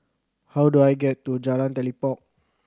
how do I get to Jalan Telipok